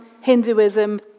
Hinduism